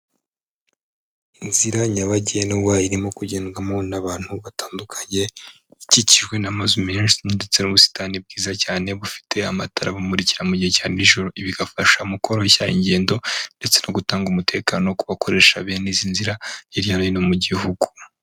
Inzira nyabagendwa irimo kugendadwamo n'abantu batandukanye, ikikijwe n'amazu menshi ndetse n'ubusitani bwiza cyane bufite amatara abumurikira mu gihe cya nijoro bigafasha mu koroshya ingendo, ndetse no gutanga umutekano ku bakoresha bene izi nzira hirya no hino mu Gihugu.